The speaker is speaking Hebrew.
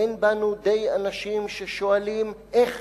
אין בנו די אנשים ששואלים: איך?